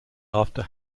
after